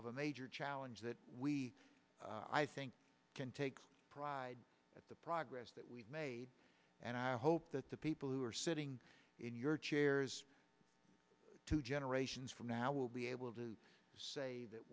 of a major challenge that we i think can take pride at the progress that we've made and i hope that the people who are sitting in your chairs two generations from now will be able to say that